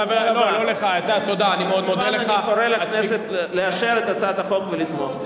כמובן, אני קורא לכנסת לאשר את הצעת החוק ולתמוך.